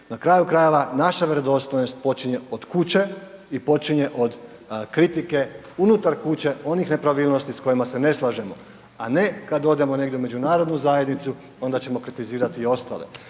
Na kraju krajeva naša vjerodostojnost počinje od kuće i počinje od kritike unutar kuće onih nepravilnosti s kojima se ne slažemo, a ne kad odemo negdje u međunarodnu zajednicu, onda ćemo kritizirati i ostale.